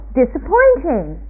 disappointing